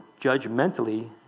judgmentally